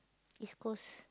East-Coast